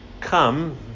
come